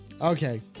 Okay